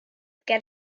ger